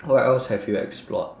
what else have you explored